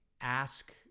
ask